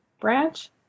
branch